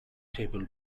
table